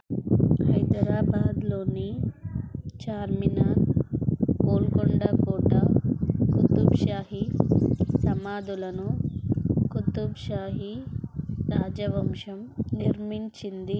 హైదరాబాద్లోని చార్మినార్ గోల్కొండ కోట కుతుబ్షాహీ సమాధులను కుతుబ్షాహీ రాజవంశం నిర్మించింది